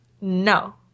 No